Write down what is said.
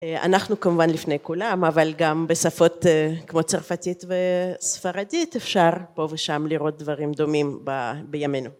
אנחנו כמובן לפני כולם אבל גם בשפות כמו צרפתית וספרדית אפשר פה ושם לראות דברים דומים בימינו.